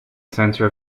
center